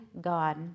God